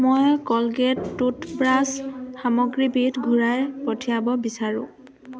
মই Colgate toothbrush সামগ্ৰীবিধ ঘূৰাই পঠিয়াব বিচাৰোঁ